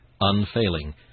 unfailing